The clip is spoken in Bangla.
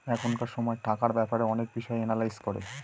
এখনকার সময় টাকার ব্যাপারে অনেক বিষয় এনালাইজ করে